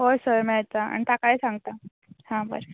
हय सर मेळटा आनी ताकाय सांगता हां बरें